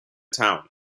town